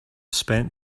spend